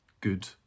Good